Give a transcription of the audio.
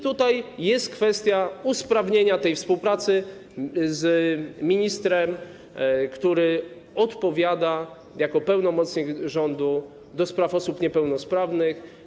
Tutaj jest kwestia usprawnienia tej współpracy z ministrem, który odpowiada jako pełnomocnik rządu ds. osób niepełnosprawnych.